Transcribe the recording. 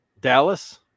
Dallas